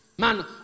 man